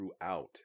throughout